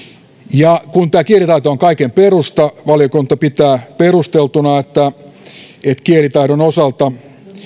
kun kielitaito on kaiken perusta valiokunta pitää perusteltuna että kielitaidon osalta